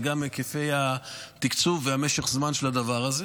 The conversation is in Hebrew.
וגם היקפי התקצוב ומשך הזמן של הדבר הזה.